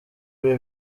ibi